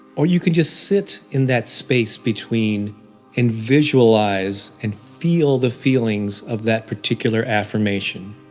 or you can just sit in that space between and visualize and feel the feelings of that particular affirmation.